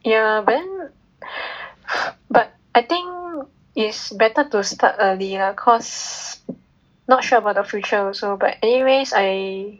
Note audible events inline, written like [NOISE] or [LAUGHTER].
ya but then but [BREATH] I think it's better to start earlier cause not sure about the future also but anyways I